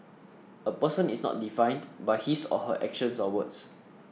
a person is not defined by his or her actions or words